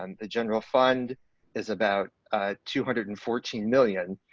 and the general fund is about two hundred and fourteen million,